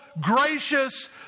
gracious